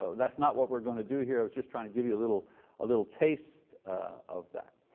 ah that's not what we're going to do here. i was just trying to give you a little little taste of that.